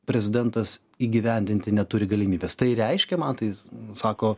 prezidentas įgyvendinti neturi galimybės tai reiškia man tai sako